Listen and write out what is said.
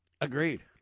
Agreed